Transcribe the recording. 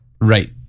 Right